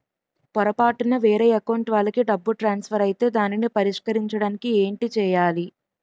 పొరపాటున వేరే అకౌంట్ వాలికి డబ్బు ట్రాన్సఫర్ ఐతే దానిని పరిష్కరించడానికి ఏంటి చేయాలి?